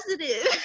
positive